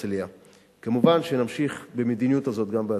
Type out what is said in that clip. כמובן שנמשיך במדיניות זו גם בעתיד.